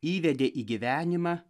įvedė į gyvenimą